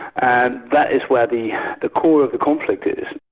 and that is where the the core of the conflict